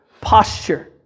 posture